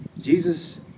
Jesus